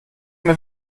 mir